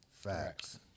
Facts